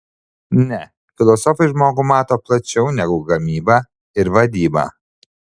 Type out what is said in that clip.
ne filosofai žmogų mato plačiau negu gamyba ir vadyba